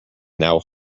now